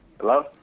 Hello